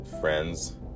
friends